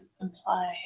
imply